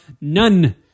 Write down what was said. None